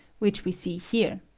which we see here.